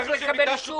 צריך לקבל אישור לדבר פה.